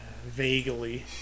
Vaguely